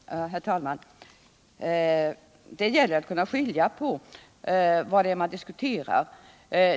Herr talman! Det gäller att kunna skilja på vad det är vi diskuterar.